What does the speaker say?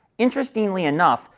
interestingly enough,